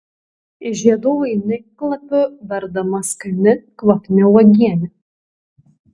iš žiedų vainiklapių verdama skani kvapni uogienė